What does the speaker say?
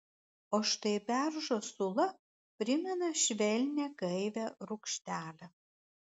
o štai beržo sula primena švelnią gaivią rūgštelę